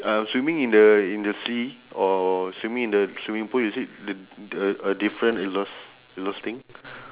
uh swimming in the in the sea or swimming in the swimming pool is it d~ d~ uh different exhaust~ exhausting